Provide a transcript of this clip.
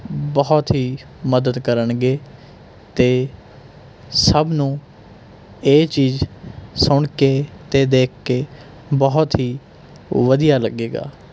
ਬਹੁਤ ਹੀ ਮਦਦ ਕਰਨਗੇ ਅਤੇ ਸਭ ਨੂੰ ਇਹ ਚੀਜ਼ ਸੁਣ ਕੇ ਅਤੇ ਦੇਖ ਕੇ ਬਹੁਤ ਹੀ ਵਧੀਆ ਲੱਗੇਗਾ